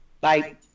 Bye